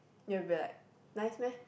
we will be like nice meh